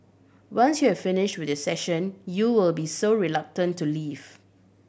once you're finish with your session you'll be so reluctant to leave